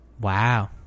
Wow